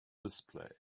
display